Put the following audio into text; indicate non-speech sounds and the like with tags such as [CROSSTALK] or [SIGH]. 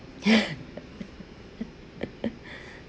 [LAUGHS]